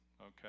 okay